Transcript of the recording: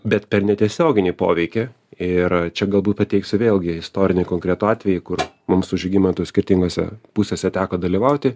bet per netiesioginį poveikį ir čia galbūt pateiksiu vėlgi istorinį konkretų atvejį kur mums su žygimantu skirtingose pusėse teko dalyvauti